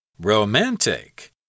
Romantic